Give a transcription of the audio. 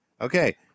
Okay